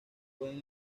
pueden